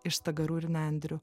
iš stagarų ir nendrių